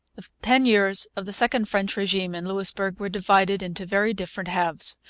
the ten years of the second french regime in louisbourg were divided into very different halves.